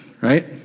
right